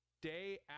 day